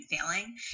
failing